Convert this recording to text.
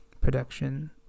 production